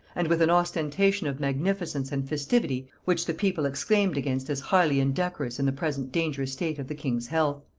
and with an ostentation of magnificence and festivity which the people exclaimed against as highly indecorous in the present dangerous state of the king's health.